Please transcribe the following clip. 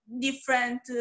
different